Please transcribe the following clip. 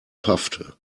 paffte